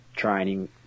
training